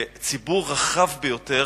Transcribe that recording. וציבור רחב ביותר